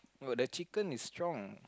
oh the chicken is strong